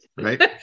right